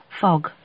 fog